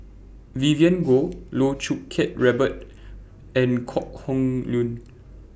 Vivien Goh Loh Choo Kiat Robert and Kok Heng Leun